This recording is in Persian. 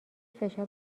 فشار